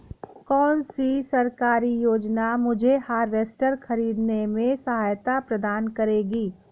कौन सी सरकारी योजना मुझे हार्वेस्टर ख़रीदने में सहायता प्रदान करेगी?